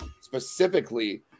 specifically